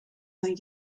mijn